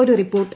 ഒരു റിപ്പോർട്ട്